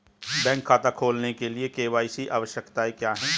Bank खाता खोलने के लिए के.वाई.सी आवश्यकताएं क्या हैं?